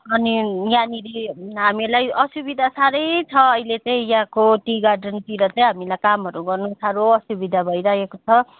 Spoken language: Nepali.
अनि यहाँनिर हामीलाई असुविधा साह्रै छ अहिले चाहिँ यहाँको टी गार्डनतिर चाहिँ हामीलाई कामहरू गर्न साह्रो असुविधा भइरहेको छ